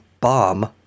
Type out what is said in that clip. Bomb